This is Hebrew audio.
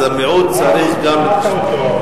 אז המיעוט צריך גם לשמוע.